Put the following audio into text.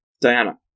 Diana